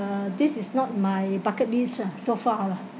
this is not my bucket list lah so far out lah